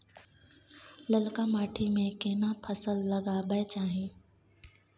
ललका माटी में केना फसल लगाबै चाही?